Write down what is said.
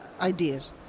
ideas